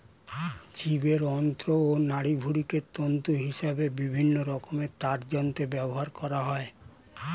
জীবের অন্ত্র ও নাড়িভুঁড়িকে তন্তু হিসেবে বিভিন্ন রকমের তারযন্ত্রে ব্যবহার করা হয়